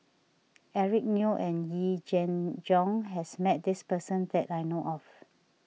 Eric Neo and Yee Jenn Jong has met this person that I know of